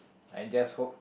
I just hope